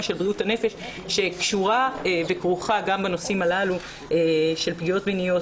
של בריאות הנפש שקשורה וכרוכה גם בנושאים הללו של פגיעות מיניות,